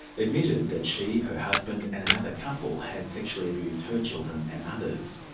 admitted that she, her husband and another couple had sexually abused her children and others.